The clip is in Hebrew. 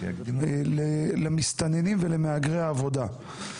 למסתננים ולמהגרי עבודה.